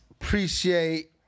appreciate